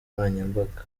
nkoranyambaga